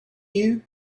you